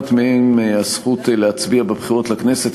שנמנעת מהם הזכות להצביע בבחירות לכנסת